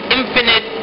infinite